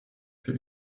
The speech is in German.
für